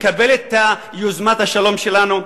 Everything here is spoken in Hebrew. תקבל את יוזמת השלום שלנו.